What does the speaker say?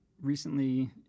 recently